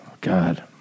God